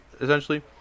essentially